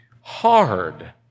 Hard